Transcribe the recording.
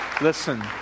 Listen